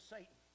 Satan